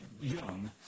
young